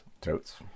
Totes